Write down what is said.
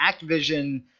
Activision